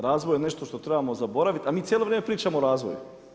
Razvoj je nešto što trebamo zaboraviti, a mi cijelo vrijeme pričamo o razvoju.